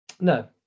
No